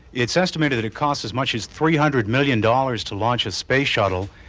it's estimated that it costs as much as three hundred million dollars to launch a space shuttle,